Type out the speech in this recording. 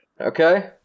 Okay